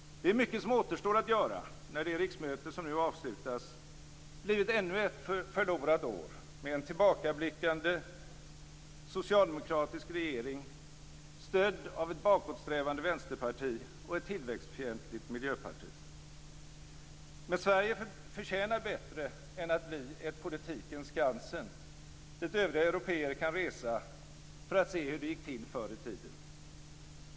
Det är mycket som återstår att göra när det riksmöte som nu avslutas blivit ännu ett förlorat år med en tillbakablickande socialdemokratisk regering, stödd av ett bakåtsträvande vänsterparti och ett tillväxtfientligt miljöparti. Sverige förtjänar bättre än att bli ett politikens Skansen, dit övriga européer kan resa för att se hur det gick till förr i tiden.